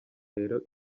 rero